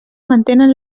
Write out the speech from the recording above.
mantenen